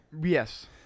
Yes